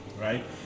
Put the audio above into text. right